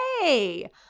hey